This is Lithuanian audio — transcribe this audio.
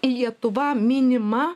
lietuva minima